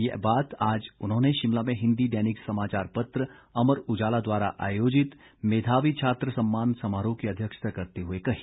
ये बात आज उन्होंने शिमला में हिंदी दैनिक समाचार पत्र अमर उजाला द्वारा आयोजित मेधावी छात्र सम्मान समारोह की अध्यक्षता करते हुए कही